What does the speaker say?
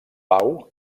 pau